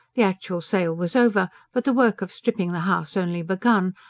the actual sale was over, but the work of stripping the house only begun,